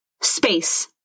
Space